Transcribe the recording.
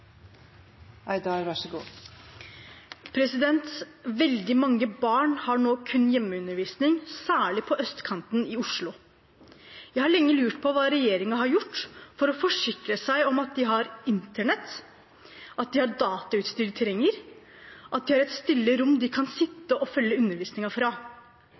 Veldig mange barn har nå kun hjemmeundervisning, særlig på østkanten i Oslo. Jeg har lenge lurt på hva regjeringen har gjort for å forsikre seg om at de har internett, at de har datautstyret de trenger, og at de har et stille rom de kan sitte i og følge undervisningen fra.